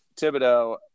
Thibodeau